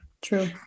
True